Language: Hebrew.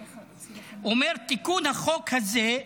שאומר: תיקון החוק הזה,